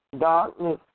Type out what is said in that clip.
Darkness